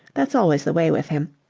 that's always the way with him.